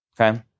okay